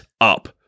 up